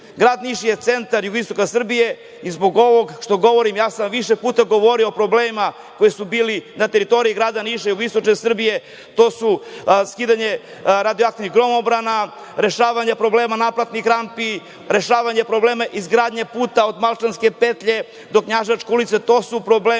Niš je centar jugoistoka Srbije i zbog ovog što govorim, ja sam više puta govorio o problemima koji su bili na teritoriji grada Niša i jugoistočne Srbije, to su skidanje radioaktivnih gromobrana, rešavanje problema naplatnih rampi, rešavanje problema izgradnje puta od Malčanske petlje do Knjaževačke ulice. To su problemi